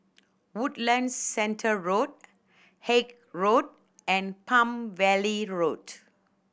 Woodlands Centre Road Haig Road and Palm Valley Road